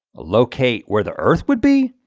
locate where the earth would be?